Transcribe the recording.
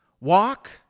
walk